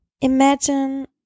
Imagine